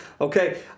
Okay